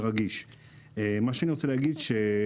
שאין מספיק עידוד לכל הסטארט-אפים האלה